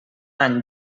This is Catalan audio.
any